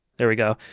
there we go.